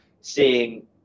seeing